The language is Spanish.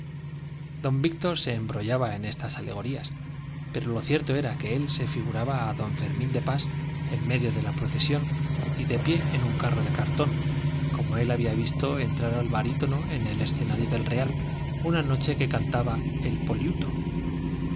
don víctor se embrollaba en estas alegorías pero lo cierto era que él se figuraba a don fermín de pas en medio de la procesión y de pie en un carro de cartón como él había visto entrar al barítono en el escenario del real una noche que cantaba el poliuto